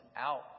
out